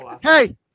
Hey